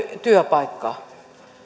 työpaikkaa